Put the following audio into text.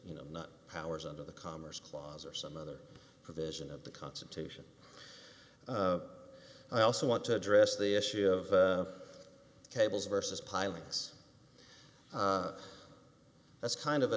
you know not powers under the commerce clause or some other provision of the constitution i also want to address the issue of cables versus pilings that's kind of a